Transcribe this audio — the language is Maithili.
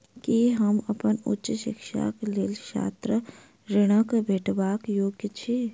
की हम अप्पन उच्च शिक्षाक लेल छात्र ऋणक भेटबाक योग्य छी?